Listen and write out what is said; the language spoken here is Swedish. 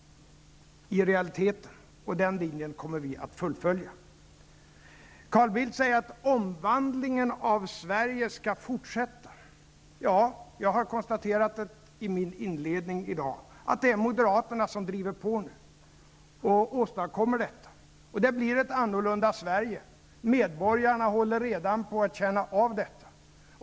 Den linjen kommer vi att fullfölja. Carl Bildt säger att omvandlingen av Sverige skall fortsätta. Ja, jag har konstaterat i min inledning i dag att det är moderaterna som driver på nu och åstadkommer detta. Det blir ett annorlunda Sverige. Medborgarna håller redan på att känna av detta.